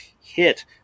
hit –